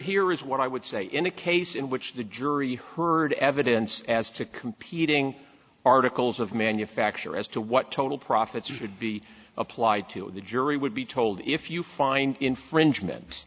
here is what i would say in a case in which the jury heard evidence as to competing articles of manufacture as to what total profits should be applied to the jury would be told if you find infringement